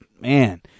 man